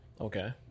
Okay